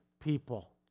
people